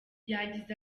yagize